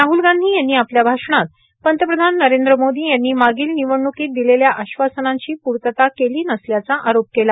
राहुल गांधी यांनी आपल्या भाषणात पंतप्रधान नरेंद्र मोदी यांनी मागील निवडणुकीत दिलेल्या आश्वासनाची पूर्तता केली नसल्याचा आरोप केला